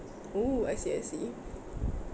oh I see I see